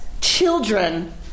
children